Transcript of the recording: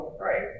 Right